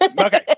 Okay